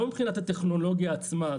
לא מבחינת הטכנולוגיה עצמה,